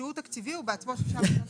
שהוא תקציבי ובעצמו שלושה מיליון שקלים?